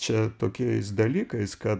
čia tokiais dalykais kad